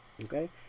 okay